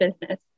business